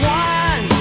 one